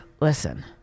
Listen